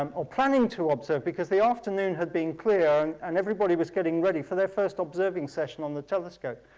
um or planning to observe, because the afternoon had been clear and everybody was getting ready for their first observing session on the telescope.